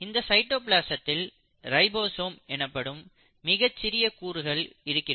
இந்த சைட்டோபிளாசதில் ரைபோசோம் எனப்படும் மிகச்சிறிய கூறுகள் இருக்கிறது